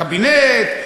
קבינט,